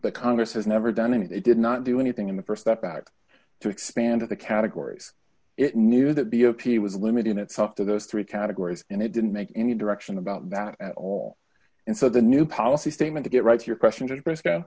but congress has never done it did not do anything in the st that back to expand of the categories it knew that the lp was limiting itself to those three categories and it didn't make any direction about that at all and so the new policy statement to get right to your question just briscoe